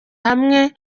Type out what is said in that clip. hamwe